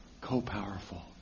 co-powerful